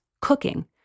cooking